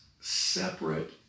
separate